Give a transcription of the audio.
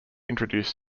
introduce